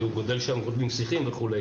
כי גדלים שם שיחים וכו',